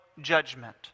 judgment